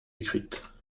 écrite